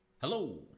Hello